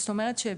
זאת אומרת,